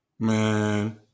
Man